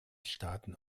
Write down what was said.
staaten